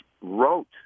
wrote